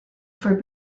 for